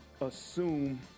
assume –